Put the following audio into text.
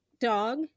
dog